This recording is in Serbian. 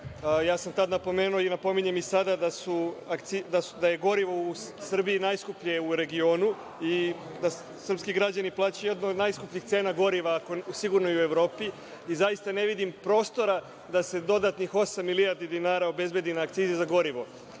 Tada sam napomenuo i napominjem i sada da je gorivo u Srbiji najskuplje u regionu i da srpski građani plaćaju jednu od najskupljih cena goriva, sigurno i u Evropi, i zaista ne vidim prostora da se dodatnih osam milijardi dinara obezbedi na akcize za gorivo,